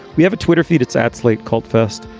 we have a twitter feed. it's at slate called fest.